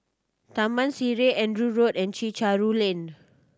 Taman Sireh Andrew Road and Chencharu Lane